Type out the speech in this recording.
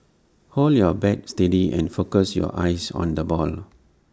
hold your bat steady and focus your eyes on the ball